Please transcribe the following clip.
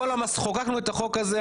חוקקנו את החוק הזה,